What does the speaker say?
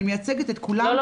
אני מייצגת את כולם --- לא,